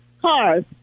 cars